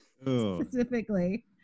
Specifically